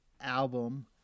album